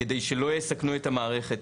כדי שלא יסכנו את המערכת,